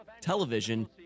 television